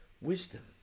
wisdom